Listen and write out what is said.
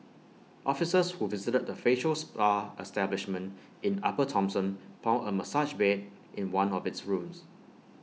officers who visited the facial spa establishment in upper Thomson found A massage bed in one of its rooms